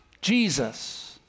Jesus